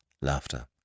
Laughter